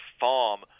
farm